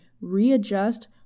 readjust